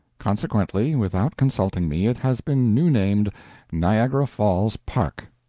consequently, without consulting me, it has been new-named niagara falls park.